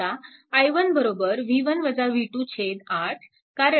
आता i1 8 कारण हा 8 Ω आहे